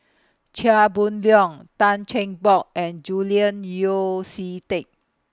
Chia Boon Leong Tan Cheng Bock and Julian Yeo See Teck